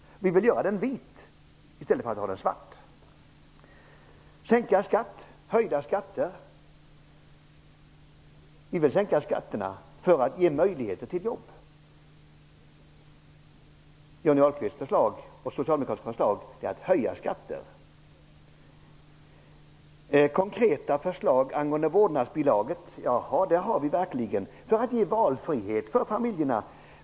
Vi vill göra den vit i stället för svart. Vi vill sänka skatterna för att ge möjligheter till jobb. Johnny Ahlqvists och Socialdemokraternas förslag är att höja skatter. Vi har verkligen konkreta förslag när det gäller vårdnadsbidraget för att ge valfrihet för familjerna.